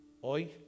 hoy